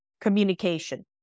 communication